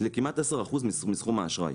לכמעט 10% מסכום האשראי